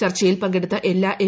ചർച്ചയിൽ പങ്കെടുത്ത എല്ലാ എം